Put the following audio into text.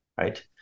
right